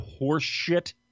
horseshit